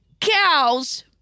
cows